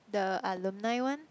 the alumni one